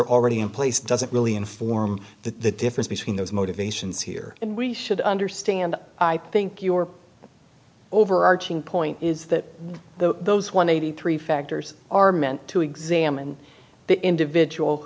are already in place doesn't really inform the difference between those motivations here and we should understand i think your overarching point is that the those one eighty three factors are meant to examine the individual